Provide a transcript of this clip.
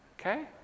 Okay